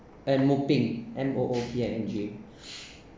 and moo ping M O O P I N G